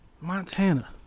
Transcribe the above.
Montana